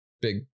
big